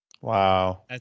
Wow